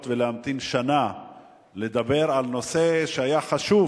ולהמתין שנה לדבר על נושא שהיה חשוב